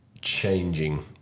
changing